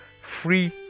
free